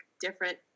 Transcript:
different